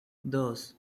dos